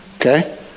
Okay